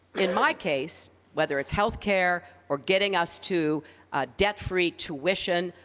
in my case, whether it's health care, or getting us to debt-free tuition,